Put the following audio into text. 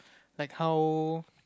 like how